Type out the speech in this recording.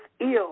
ill